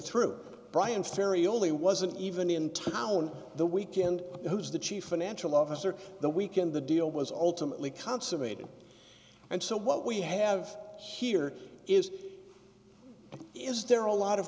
through bryan ferry only wasn't even in town the weekend who's the chief financial officer the weekend the deal was ultimately consummated and so what we have here is is there a lot of